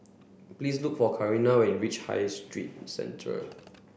please look for Carina when you reach High Street Centre